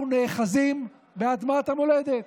אנחנו נאחזים באדמת המולדת,